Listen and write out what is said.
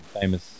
famous